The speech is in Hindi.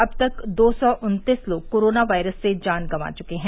अब तक दो सौ उन्तीस लोग कोरोना वायरस से जान गंवा चुके हैं